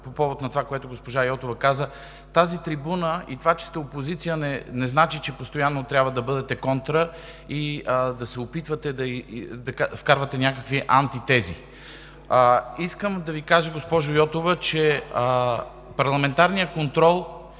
по повод на това, което госпожа Йотова каза – тази трибуна и това, че сте опозиция, не значи, че постоянно трябва да бъдете контра и да се опитвате да вкарвате някакви антитези. Искам да Ви кажа, госпожо Йотова, че парламентарният контрол